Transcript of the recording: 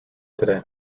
today